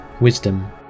Wisdom